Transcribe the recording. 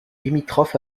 limitrophe